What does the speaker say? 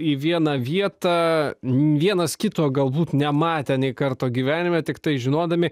į vieną vietą vienas kito galbūt nematė nė karto gyvenime tiktai žinodami